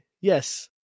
Yes